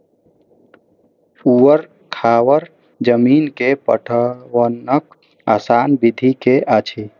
ऊवर खावर जमीन में पटवनक आसान विधि की अछि?